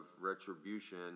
retribution